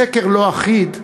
הסקר לא אחיד,